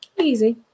easy